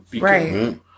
Right